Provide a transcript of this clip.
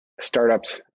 startups